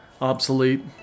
obsolete